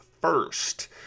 first